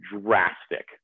drastic